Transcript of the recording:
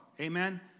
Amen